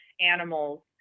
animals